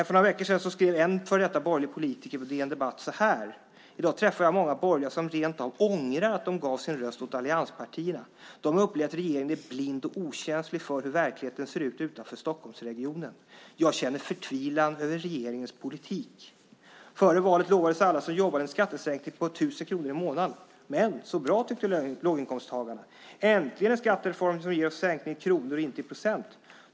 För några veckor sedan skrev en före detta borgerlig politiker så här på DN Debatt: I dag träffar jag många borgerliga som rent av ångrar att de gav sin röst åt allianspartierna. De upplever att regeringen är blind och okänslig för hur verkligheten ser ut utanför Stockholmsregionen. Jag känner förtvivlan över regeringens politik. Före valet lovades alla som jobbade en skattesänkning på 1 000 kronor i månaden. Men, så bra, tyckte låginkomsttagarna. Äntligen en skattereform som ger oss en sänkning i kronor och inte i procent.